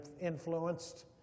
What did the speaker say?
influenced